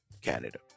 Canada